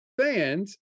fans